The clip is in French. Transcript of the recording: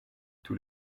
tous